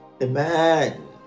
Amen